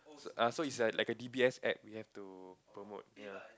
uh so it's like a d_b_s App you have to promote